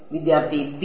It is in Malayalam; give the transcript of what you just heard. വിദ്യാർത്ഥി ബി